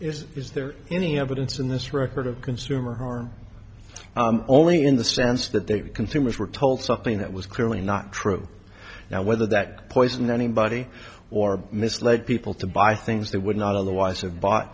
is is there any evidence in this record of consumer harm only in the sense that the consumers were told something that was clearly not true now whether that poison anybody or misled people to buy things they would not otherwise have bought